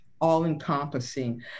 all-encompassing